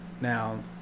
Now